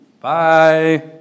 Bye